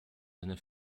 seiner